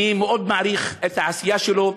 אני מאוד מעריך את העשייה שלו,